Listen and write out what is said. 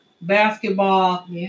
basketball